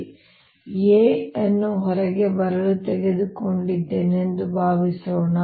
ನಾನು A ಅನ್ನು ಹೊರಗೆ ಬರಲು ತೆಗೆದುಕೊಂಡಿದ್ದೇನೆ ಎಂದು ಭಾವಿಸೋಣ